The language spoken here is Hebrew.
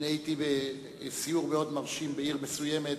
הייתי בסיור מאוד מרשים בעיר מסוימת,